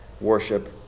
worship